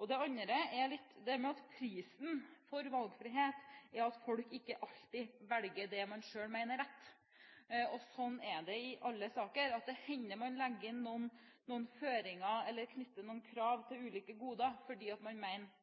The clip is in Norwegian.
Det andre er det med at prisen for valgfrihet er at folk ikke alltid velger det man selv mener er rett. Sånn er det i alle saker. Det hender man legger inn noen føringer eller knytter noen krav til ulike goder, fordi man mener at